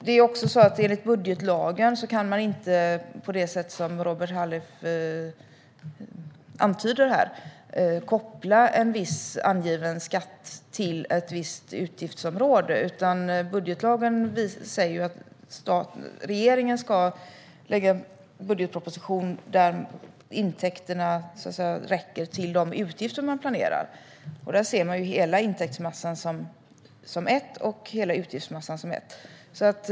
Dessutom kan man enligt budgetlagen inte koppla en viss angiven skatt till ett visst utgiftsområde på det sätt som Robert Halef antyder. Budgetlagen säger att regeringen ska lägga fram en budgetproposition där intäkterna räcker till de utgifter man planerar. Där ser man intäktsmassan som ett helt och utgiftsmassan som ett helt.